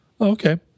okay